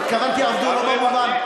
התכוונתי עבדו לא במובן,